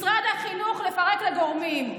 את משרד החינוך לפרק לגורמים.